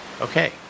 Okay